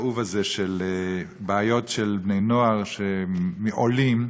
של בעיות של בני-נוער עולים,